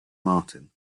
martin